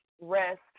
rest